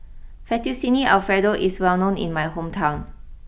Fettuccine Alfredo is well known in my hometown